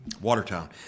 Watertown